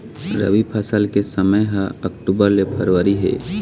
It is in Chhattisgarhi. रबी फसल के समय ह अक्टूबर ले फरवरी हे